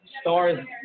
stars